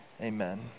amen